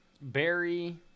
Barry